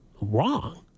wrong